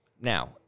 Now